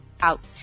out